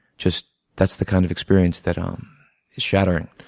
just that's the kind of experience that um is shattering.